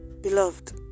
Beloved